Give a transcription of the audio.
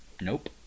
Nope